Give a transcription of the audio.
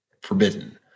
forbidden